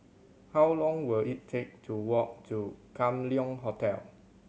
how long will it take to walk to Kam Leng Hotel